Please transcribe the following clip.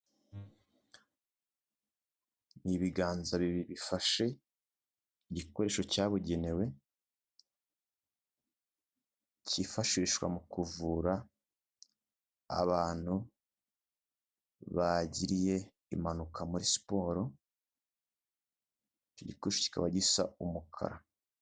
Ni ibiganza bi bifashe igikoresho cyabugenewe cyifashishwa mu kuvura abantu bagiriye impanuka muri siporo, iki gikoresho kikaba gisa umukara.